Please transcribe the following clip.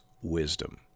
wisdom